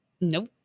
Nope